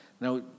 Now